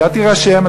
אתה תירשם.